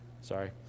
sorry